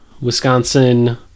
Wisconsin